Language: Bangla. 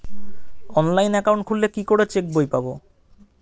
অনলাইন একাউন্ট খুললে কি করে চেক বই পাব?